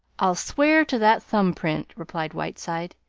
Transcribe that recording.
i'll swear to that thumb-print, replied whiteside.